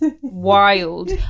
Wild